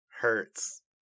Hurts